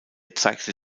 zeigte